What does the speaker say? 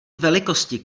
velikosti